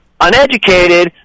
uneducated